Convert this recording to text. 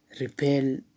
Repel